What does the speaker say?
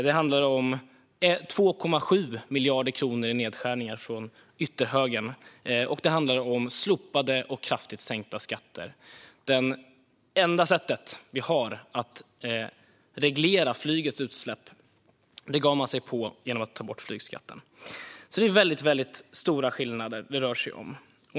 Det handlade om 2,7 miljarder i nedskärningar från ytterhögern, och det handlade om slopade och kraftigt sänkta skatter. Det enda sättet vi har att reglera flygets utsläpp gav man sig på genom att ta bort flygskatten. Det är alltså väldigt stora skillnader det rör sig om.